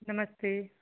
नमस्ते